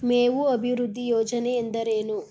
ಮೇವು ಅಭಿವೃದ್ಧಿ ಯೋಜನೆ ಎಂದರೇನು?